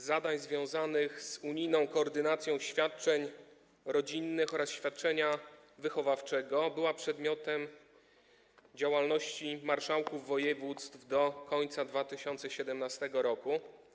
Realizacja zadań związanych z unijną koordynacją świadczeń rodzinnych oraz świadczenia wychowawczego była przedmiotem działalności marszałków województw do końca 2017 r.